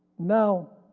now